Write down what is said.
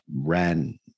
ran